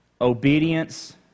Obedience